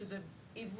שזה עיוות.